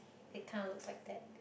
it kind of looks like that